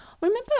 Remember